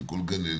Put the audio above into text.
עם כל גננת.